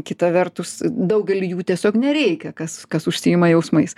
kita vertus daugeliui jų tiesiog nereikia kas kas užsiima jausmais